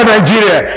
Nigeria